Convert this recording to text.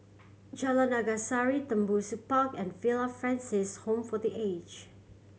Jalan Naga Sari Tembusu Park and Villa Francis Home for The Aged